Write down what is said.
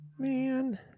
Man